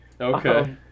Okay